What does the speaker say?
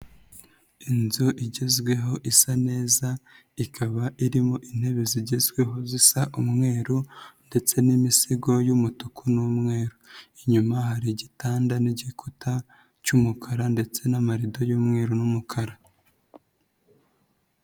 Inzu igezweho isa neza, ikaba irimo intebe zigezweho zisa umweru ndetse n'imisego y'umutuku n'umweru. Inyuma hari igitanda n'igikuta cy'umukara ndetse n'amarido y'umweru n'umukara.